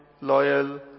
loyal